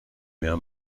mehr